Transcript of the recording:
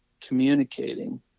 communicating